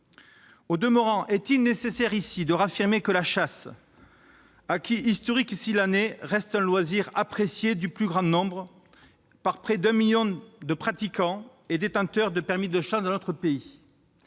Au demeurant, est-il nécessaire de réaffirmer ici que la chasse, acquis historique s'il en est, reste un loisir apprécié du plus grand nombre, avec près de 1 million de pratiquants et détenteurs de permis de chasse de notre pays ?